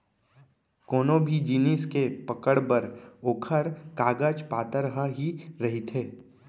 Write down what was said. कोनो भी जिनिस के पकड़ बर ओखर कागज पातर ह ही रहिथे